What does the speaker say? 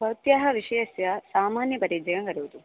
भवत्याः विषयस्य सामान्यपरिचयं करोतु